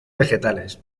vegetales